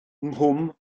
nghwm